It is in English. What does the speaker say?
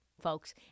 folks